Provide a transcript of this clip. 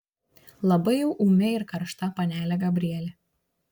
labai jau ūmi ir karšta panelė gabrielė